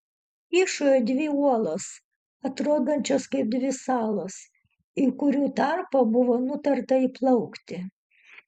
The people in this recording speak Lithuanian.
kyšojo dvi uolos atrodančios kaip dvi salos į kurių tarpą buvo nutarta įplaukti